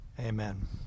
Amen